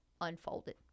unfolded